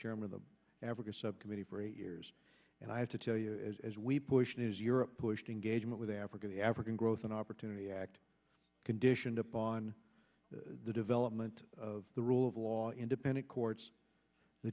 chairman of the africa subcommittee for eight years and i have to tell you as we push news europe pushed engagement with africa the african growth and opportunity act conditioned upon the development of the rule of law independent courts the